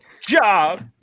job